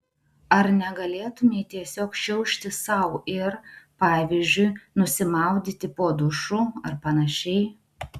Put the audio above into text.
ar negalėtumei tiesiog šiaušti sau ir pavyzdžiui nusimaudyti po dušu ar panašiai